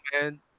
man